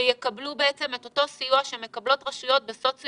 שיקבלו את אותו סיוע שמקבלות רשויות בסוציו